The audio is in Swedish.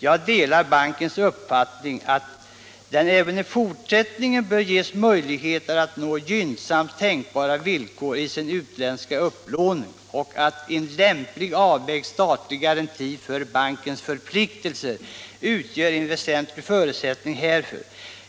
Jag delar bankens uppfattning att den även i fortsättningen bör ges möjlighet att nå gynnsammast tänkbara villkor i sin utländska upplåning och att en lämpligt avvägd statlig garanti för bankens förpliktelser utgör en väsentlig förutsättning härför.